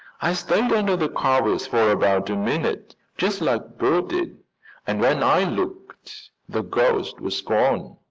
i stayed under the covers for about a minute just like bert did and when i looked the ghost was gone.